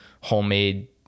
homemade